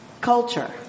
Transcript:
culture